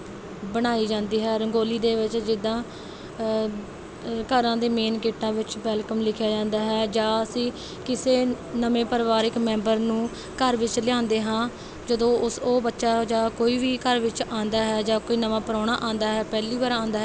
ਬਣਾਈ ਜਾਂਦੀ ਹੈ ਰੰਗੋਲੀ ਦੇ ਵਿੱਚ ਜਿੱਦਾਂ ਘਰਾਂ ਦੇ ਮੇਨ ਗੇਟਾਂ ਵਿੱਚ ਵੈੱਲਕਮ ਲਿਖਿਆ ਜਾਂਦਾ ਹੈ ਜਾਂ ਅਸੀਂ ਕਿਸੇ ਨਵੇਂ ਪਰਿਵਾਰਕ ਮੈਂਬਰ ਨੂੰ ਘਰ ਵਿੱਚ ਲਿਆਉਂਦੇ ਹਾਂ ਜਦੋਂ ਉਸ ਉਹ ਬੱਚਾ ਜਾਂ ਕੋਈ ਵੀ ਘਰ ਵਿੱਚ ਆਉਂਦਾ ਹੈ ਜਾਂ ਕੋਈ ਨਵਾਂ ਪ੍ਰਾਹੁਣਾ ਆਉਂਦਾ ਹੈ ਪਹਿਲੀ ਵਾਰ ਆਉਂਦਾ ਹੈ